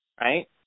right